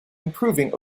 improving